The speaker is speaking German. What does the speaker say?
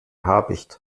habicht